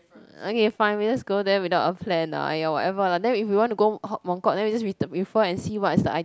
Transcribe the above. okay fine we just go there without a plan ah !aiya! whatever lah then if we wanna go Mong Kok then we just return refer and see what is the